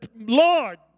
Lord